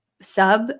sub